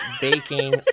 baking